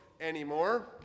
anymore